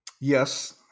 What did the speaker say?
Yes